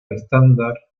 estándar